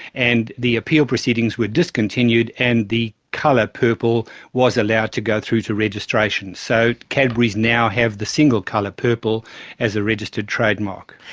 and the appeal proceedings were discontinued and the colour purple was allowed to go through to registration. so cadbury's now have the single colour purple as a registered trademark.